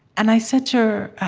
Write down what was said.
and i said to her,